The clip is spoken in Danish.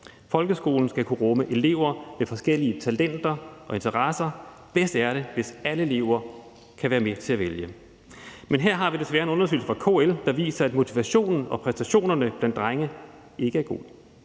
Folkeskolen skal kunne rumme elever med forskellige talenter og interesser. Bedst er det, hvis alle elever kan være med til at vælge. Men her har vi desværre en undersøgelse fra KL, der viser, at motivationen og præstationerne blandt drenge ikke er god.